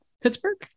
Pittsburgh